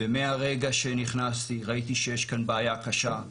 ומהרגע שנכנסתי ראיתי שיש כאן בעיה קשה.